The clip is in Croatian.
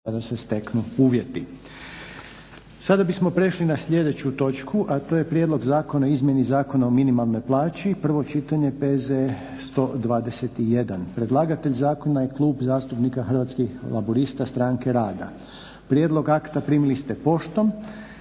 Željko (HDZ)** Sada bi smo prešli na sljedeću točku, a to je :- Prijedlog Zakona o izmjeni Zakona o minimalnoj plaći, provo čitanje pz br. 121 Predlagatelj zakona je klub zastupnika Hrvatskih laburista stranke rada. Prijedlog akta primili ste poštom.